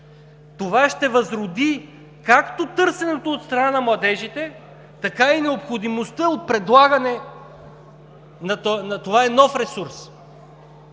Това ще възроди както търсенето от страна на младежите, така и необходимостта от предлагане. Това е нов ресурс.